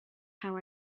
how